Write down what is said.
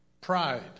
pride